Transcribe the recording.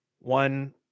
One